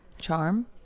charm